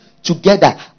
Together